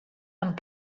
amb